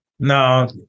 No